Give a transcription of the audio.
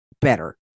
better